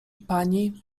pani